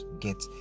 get